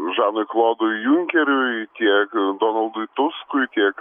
žanui klodui junkeriui tiek donaldui tuskui tiek